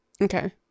Okay